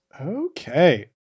okay